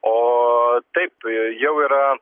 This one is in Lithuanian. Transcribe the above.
o taip jau yra